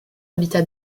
habitent